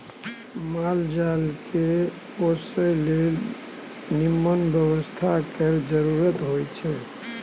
माल जाल केँ पोसय लेल निम्मन बेवस्था केर जरुरत होई छै